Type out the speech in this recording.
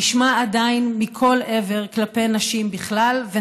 נשמע עדיין מכל עבר כלפי נשים בכלל,